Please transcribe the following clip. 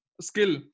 Skill